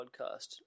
podcast